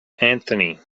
anthony